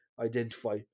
identify